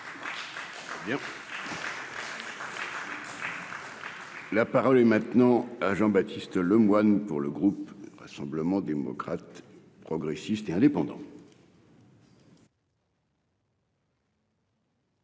La parole est maintenant Jean-Baptiste Lemoyne, pour le groupe Rassemblement démocrates progressistes et indépendants.